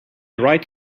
right